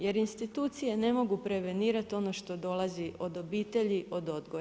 Jer institucije ne mogu prevenirati ono što dolazi od obitelji, od odgoja.